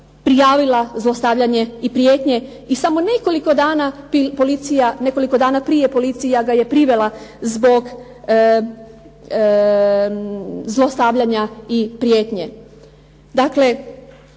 prijavila zlostavljanje i prijetnje i samo nekoliko dana prije policija ga je privela zbog zlostavljanja i prijetnje.